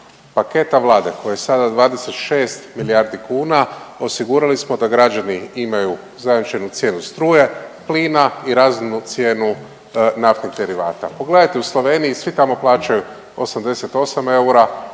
paketa Vlade koji je sada 26 milijardi kuna osigurali smo da građani imaju zajamčenu cijenu struje, plina i razumnu cijenu naftnih derivata. Pogledajte u Sloveniji, svi tamo plaćaju 88 eura